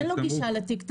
אין לו גישה לתיק תמרוק.